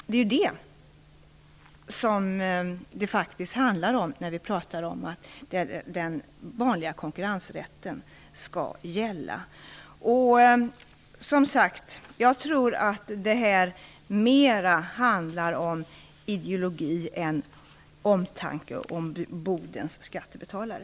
Det är faktiskt det som det handlar om när vi pratar om att den vanliga konkurrensrätten skall gälla. Jag tror som sagt att detta mer handlar om ideolgi än omtanke om Bodens skattebetalare.